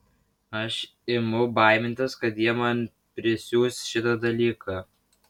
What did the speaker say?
aš imu baimintis kad jie man prisiūs šitą dalyką